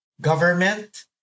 government